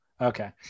okay